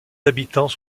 habitants